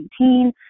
2019